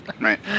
Right